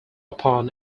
upon